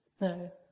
No